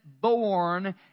born